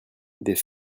des